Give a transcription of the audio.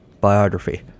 biography